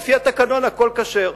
על-פי התקנון הכול כשר.